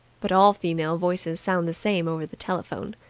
but all female voices sound the same over the telephone.